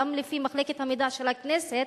גם לפי מחלקת המידע של הכנסת,